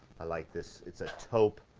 i like this, it's a taupe,